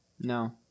no